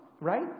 right